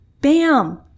bam